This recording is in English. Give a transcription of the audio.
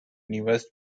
newest